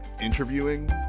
interviewing